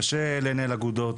קשה לנהל אגודות,